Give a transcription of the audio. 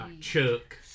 chuck